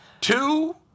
Two